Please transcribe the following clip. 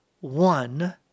one